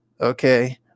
Okay